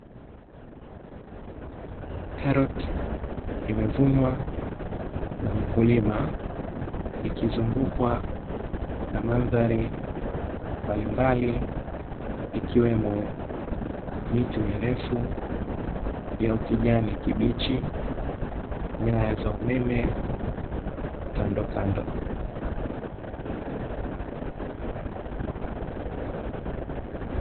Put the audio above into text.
Karoti imevunwa na mkulima ikizungukwa na mandhari mbalimbali, ikiwemo miti mirefu ya ukijani kibichi na nyaya za umeme kandokando.